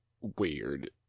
weird